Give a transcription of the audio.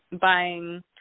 buying